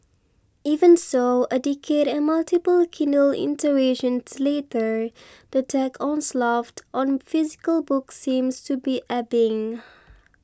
even so a decade and multiple Kindle iterations later the tech onslaught on physical books seems to be ebbing